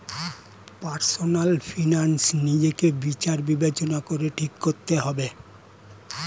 personal finance নিজেকে বিচার বিবেচনা করে ঠিক করতে হবে